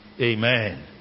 Amen